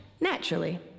Naturally